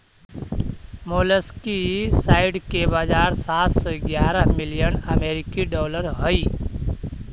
molluscicide के बाजार सात सौ ग्यारह मिलियन अमेरिकी डॉलर हई